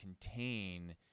contain